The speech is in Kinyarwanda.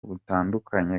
butandukanye